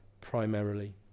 primarily